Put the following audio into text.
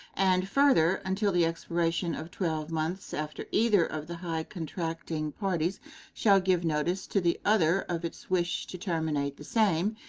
and, further, until the expiration of twelve months after either of the high contracting parties shall give notice to the other of its wish to terminate the same,